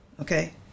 Okay